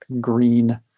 green